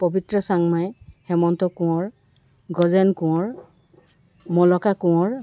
Pabitra Changmai Hemanta Konwar Gajen Konwar Malka Konwar